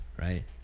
right